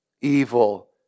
evil